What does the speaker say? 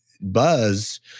Buzz